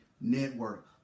Network